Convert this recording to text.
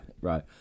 Right